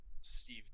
Steve